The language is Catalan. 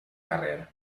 carrer